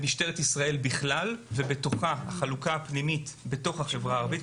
במשטרת ישראל בכלל ובתוכה החלוקה הפנימית בתוך החברה הערבית.